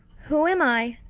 whom am i?